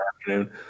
afternoon